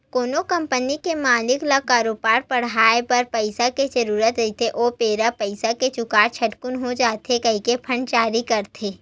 कोनो कंपनी के मालिक ल करोबार बड़हाय बर पइसा के जरुरत रहिथे ओ बेरा पइसा के जुगाड़ झटकून हो जावय कहिके बांड जारी करथे